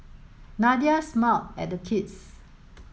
Nadia smiled at the kids